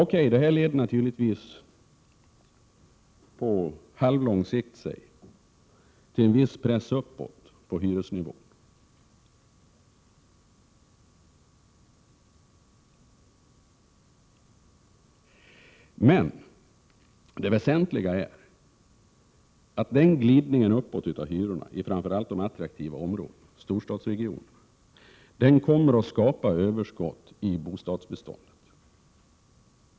Okej — detta leder naturligtvis på halvårslång sikt till en viss press uppåt på hyresnivån. Men det väsentliga är att den glidningen uppåt av hyrorna i framför allt de attraktiva områdena, i storstadsregionerna, kommer att skapa överskott i bostadsbeståndet.